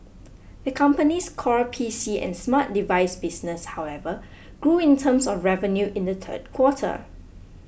the company's core P C and smart device business however grew in terms of revenue in the third quarter